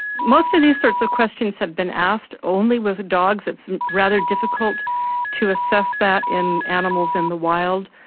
most of these sorts of questions have been asked only with dogs. it's rather difficult to assess that in animals in the wild,